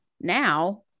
now